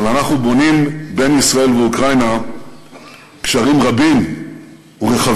אבל אנחנו בונים בין ישראל לאוקראינה גשרים רבים ורחבים: